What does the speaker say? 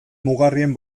mugarrien